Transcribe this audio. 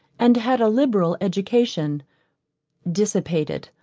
and had a liberal education dissipated,